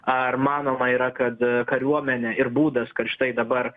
ar manoma yra kad kariuomenė ir būdas kad štai dabar